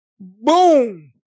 boom